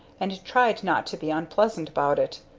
and tried not to be unpleasant about it,